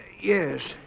Yes